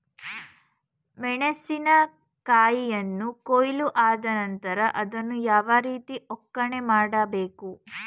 ಮೆಣಸಿನ ಕಾಯಿಯನ್ನು ಕೊಯ್ಲು ಆದ ನಂತರ ಅದನ್ನು ಯಾವ ರೀತಿ ಒಕ್ಕಣೆ ಮಾಡಬೇಕು?